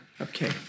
Okay